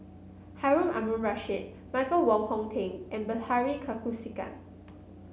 Harun Aminurrashid Michael Wong Hong Teng and Bilahari Kausikan